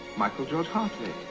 michael george hartley,